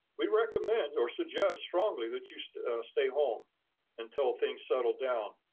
we recommend or suggest strongly that you stay stay home until things settle down,